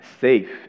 safe